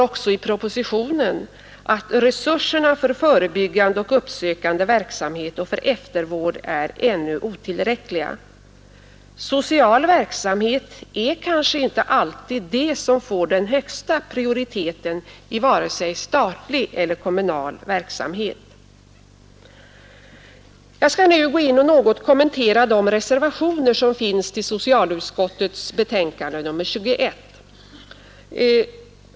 I propositionen heter det också: ”Resurserna för förebyggande och uppsökande verksamhet och för eftervård är ännu otillräckliga.” Den sociala verksamheten får kanske inte alltid den högsta prioriteten i vare sig statlig eller kommunal verksamhet. Jag skall nu något kommentera de reservationer som avgivits till socialutskottets betänkande nr 21.